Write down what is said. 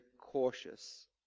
cautious